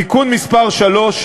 תיקון מס' 3,